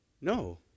No